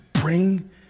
bring